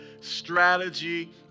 strategy